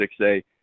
6A